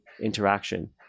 interaction